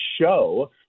show